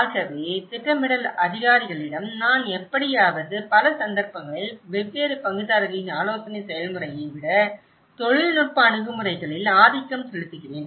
ஆகவே திட்டமிடல் அதிகாரிகளிடம் நான் எப்படியாவது பல சந்தர்ப்பங்களில் வெவ்வேறு பங்குதாரர்களின் ஆலோசனை செயல்முறையை விட தொழில்நுட்ப அணுகுமுறைகளில் ஆதிக்கம் செலுத்துகிறேன்